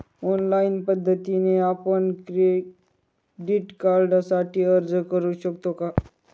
Online पद्धतीने आपण credit कार्डसाठी अर्ज करु शकतो का?